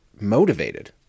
motivated